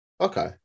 Okay